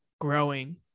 growing